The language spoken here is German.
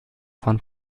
von